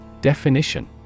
Definition